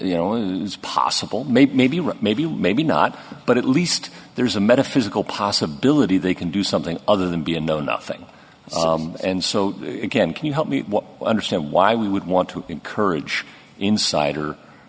you know news possible maybe maybe maybe maybe not but at least there's a metaphysical possibility they can do something other than be a know nothing and so can you help me understand why we would want to encourage insider